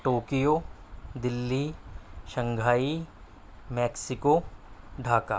Tokyo Delhi Shanghai Mexico Dhaka